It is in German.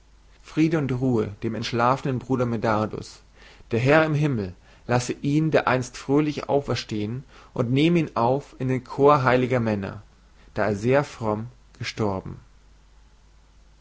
friede und ruhe dem entschlafenen bruder medardus der herr des himmels lasse ihn dereinst fröhlich auferstehen und nehme ihn auf in den chor heiliger männer da er sehr fromm gestorben